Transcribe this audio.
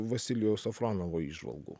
vasilijaus safronovo įžvalgų